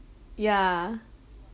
yeah